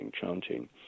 chanting